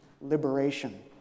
liberation